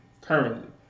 currently